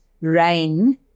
rain